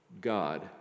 God